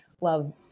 love